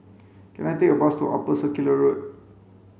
can I take a bus to Upper Circular Road